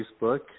Facebook